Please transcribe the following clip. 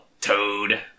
toad